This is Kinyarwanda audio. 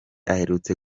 aherutse